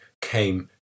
came